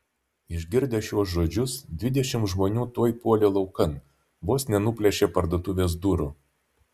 išgirdę šiuos žodžius dvidešimt žmonių tuoj puolė laukan vos nenuplėšė parduotuvės durų